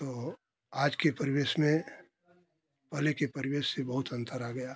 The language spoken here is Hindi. तो आज के परिवेश में पहले के परिवेश से बहुत अंतर आ गया